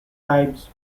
bribes